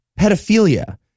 pedophilia